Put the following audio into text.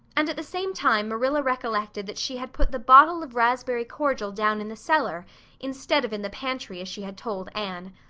and at the same time marilla recollected that she had put the bottle of raspberry cordial down in the cellar instead of in the pantry as she had told anne.